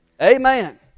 Amen